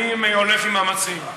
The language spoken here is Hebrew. אני הולך עם המציעים.